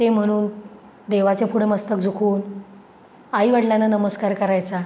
ते म्हणून देवाचे पुढे मस्तक झुकवून आईवडिलांना नमस्कार करायचा